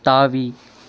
தாவி